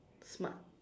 smart